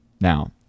Now